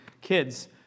kids